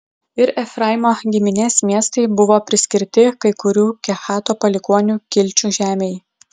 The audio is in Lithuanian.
ir efraimo giminės miestai buvo priskirti kai kurių kehato palikuonių kilčių žemei